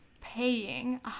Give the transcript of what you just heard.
paying